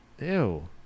Ew